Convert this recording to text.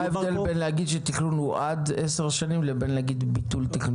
מה ההבדל בין להגיד שתכנון הוא עד עשר שנים לבין להגיד ביטול תכנון?